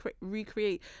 recreate